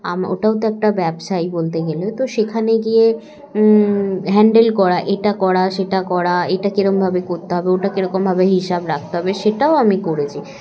আম ওটাও তো একটা ব্যবসায়ী বলতে গেলে তো সেখানে গিয়ে হ্যান্ডেল করা এটা করা সেটা করা এটা কীরকমভাবে করতে হবে ওটা কীরকমভাবে হিসাব রাখতে হবে সেটাও আমি করেছি